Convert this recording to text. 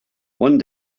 one